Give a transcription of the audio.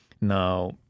Now